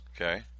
Okay